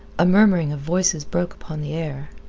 a murmuring of voices broke upon the air.